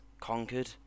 conquered